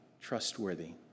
trustworthy